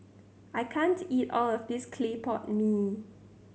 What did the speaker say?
I can't eat all of this clay pot mee